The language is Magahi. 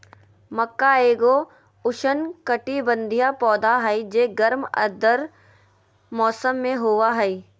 मक्का एगो उष्णकटिबंधीय पौधा हइ जे गर्म आर्द्र मौसम में होबा हइ